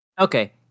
Okay